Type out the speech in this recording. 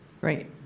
Great